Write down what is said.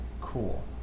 cool